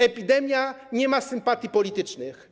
Epidemia nie ma sympatii politycznych.